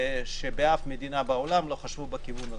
שבאף מדינה לא חשבו בכיוון הזה.